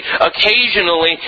occasionally